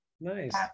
nice